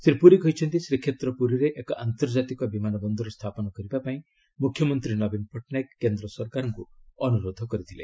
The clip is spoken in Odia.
ଶ୍ରୀ ପୁରୀ କହିଛନ୍ତି ଶ୍ରୀକ୍ଷେତ୍ର ପୁରୀରେ ଏକ ଆନ୍ତର୍ଜାତିକ ବିମାନ ବନ୍ଦର ସ୍ଥାପନ କରିବା ପାଇଁ ମୁଖ୍ୟମନ୍ତ୍ରୀ ନବୀନ ପଟ୍ଟନାୟକ କେନ୍ଦ୍ର ସରକାରଙ୍କୁ ଅନୁରୋଧ କରିଥିଲେ